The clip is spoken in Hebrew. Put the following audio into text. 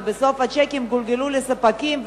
ובסוף השיקים גולגלו לספקים,